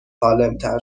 سالمتر